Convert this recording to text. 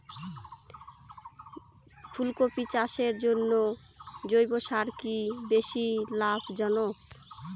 ফুলকপি চাষের জন্য জৈব সার কি বেশী লাভজনক?